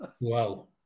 Wow